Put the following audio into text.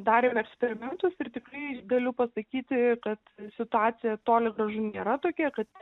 darėm eksperimentus ir tikrai galiu pasakyti kad situacija toli gražu nėra tokia kad